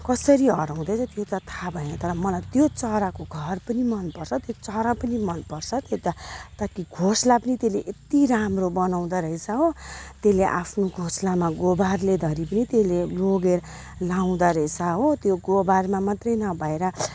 कसरी हराउँदैछ त्यो त थाहा भएन तर मलाई त्यो चराको घर पनि मन पर्छ त्यो चरा पनि मन पर्छ त्यो त ताकि घोसला पनि त्यसले यति राम्रो बनाउँदारहेछ हो त्यसले आफ्नो घोसलामा गोबरले धरी पनि त्यसले लगेर लाउँदारहेछ हो त्यो गोबरमा मात्रै नभएर